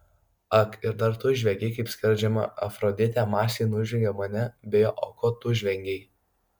ak ir dar tu žviegei kaip skerdžiama afroditė mąsliai nužvelgė mane beje o ko tu žviegei